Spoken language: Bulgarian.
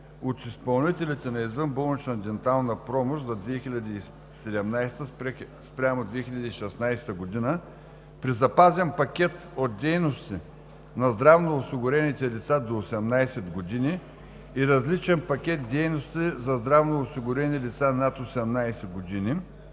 от изпълнителите на извънболнична дентална помощ за 2017 г. спрямо 2016 г., при запазен пакет от дейности на здравноосигурените лица до 18 години и различен пакет дейности за здравноосигурени лица над 18 години